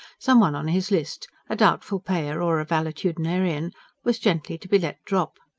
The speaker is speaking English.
some one on his list a doubtful payer or a valetudinarian was gently to be let drop.